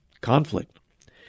conflict